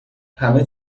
همه